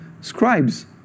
scribes